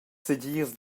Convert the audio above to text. segirs